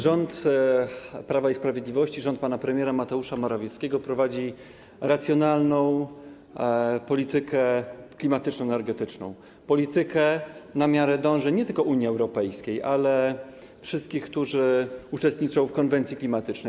Rząd Prawa i Sprawiedliwości, rząd pana premiera Mateusza Morawieckiego prowadzi racjonalną politykę klimatyczno-energetyczną, politykę na miarę dążeń, nie tylko Unii Europejskiej, ale wszystkich, którzy uczestniczą w konwencji klimatycznej.